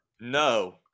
No